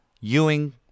Ewing